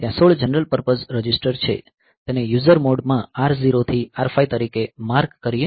ત્યાં 16 general purpose register છે તેને યુઝર મોડ માં R 0 થી R 15 તરીકે માર્ક કરીએ